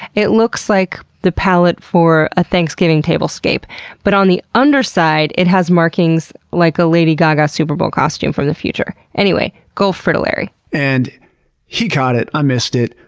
it looks like the pallet for a thanksgiving tablescape but on the underside, it has markings like a lady gaga superbowl costume from the future. anyway, gulf frittilary. and he caught it, i ah missed it,